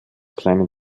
kleinen